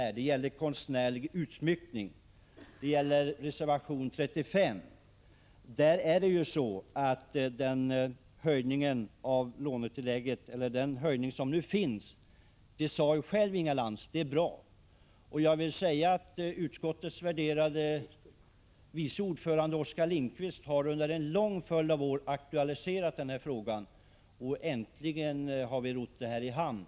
Jag avser då reservation 35 som Inga Lantz tidigare varit uppe och talat om och som gäller konstnärlig utsmyckning av byggnader. Det är ju så, att lånetillägget redan har höjts. Inga Lantz säger själv att det är bra. Jag vill i detta sammanhang säga att utskottets värderade vice ordförande Oskar Lindkvist under en lång följd av år aktualiserat denna fråga. Äntligen har vi rott det här i hamn.